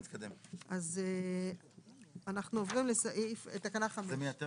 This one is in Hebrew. אז אנחנו עוברים לתקנה 5. זה מייתר